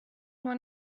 nur